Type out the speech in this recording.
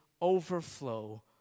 overflow